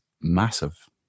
massive